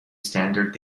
standard